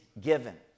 given